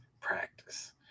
Practice